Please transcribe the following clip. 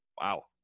wow